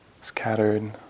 scattered